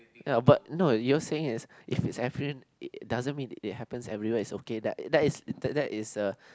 ya but no you're saying is if it's doesn't mean it happens everywhere is okay th~ that is that is uh